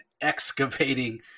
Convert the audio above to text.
excavating